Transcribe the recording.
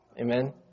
amen